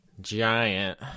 giant